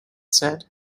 said